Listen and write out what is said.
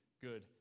good